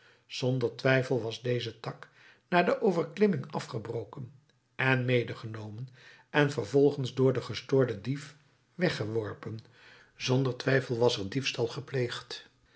zonder twijfel was deze tak na een overklimming afgebroken en medegenomen en vervolgens door den gestoorden dief weggeworpen zonder twijfel was er diefstal gepleegd